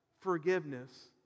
forgiveness